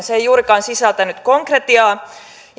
se ei juurikaan sisältänyt konkretiaa